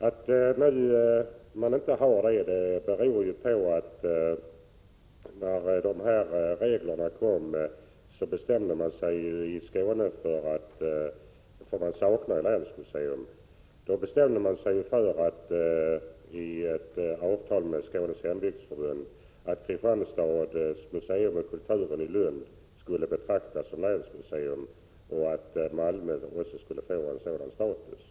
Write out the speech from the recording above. Att man nu inte får det beror på att när reglerna kom bestämde man i ett avtal med Skånes Hembygdsförbund, att eftersom Skåne saknar länsmuseum, skulle Kristianstads museum och Kulturen i Lund betraktas som länsmuseer. Malmö museum skulle också få sådan status.